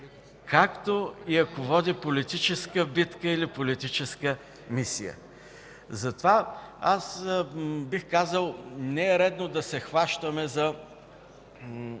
както и ако води политическа битка или политическа мисия. Бих казал, че не е редно да се хващаме за